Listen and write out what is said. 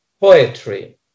poetry